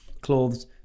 clothes